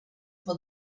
for